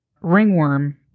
ringworm